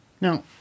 Now